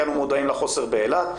כי אנו מודעים לחוסר באילת,